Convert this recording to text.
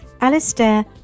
Alistair